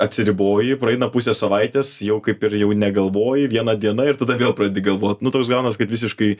atsiriboji praeina pusė savaitės jau kaip ir jau negalvoji viena diena ir tada vėl pradedi galvot nu toks gaunas kad visiškai